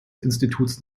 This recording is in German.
institutes